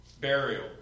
burial